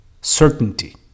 certainty